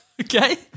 Okay